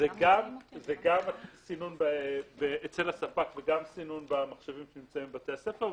גם סינון אצל הספק וגם סינון במחשבים שנמצאים בבתי הספר,